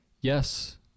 Yes